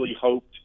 hoped